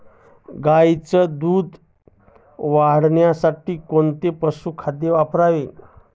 गाईच्या दूध वाढीसाठी कोणते पशुखाद्य वापरावे?